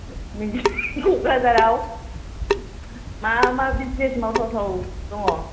नोंसिनि क'क्राझाराव मा मा बिजिनेस मावथाव थाव दङ'